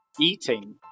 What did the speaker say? eating